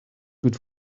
good